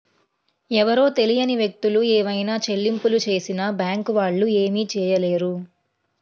ఎవరో తెలియని వ్యక్తులు ఏవైనా చెల్లింపులు చేసినా బ్యేంకు వాళ్ళు ఏమీ చేయలేరు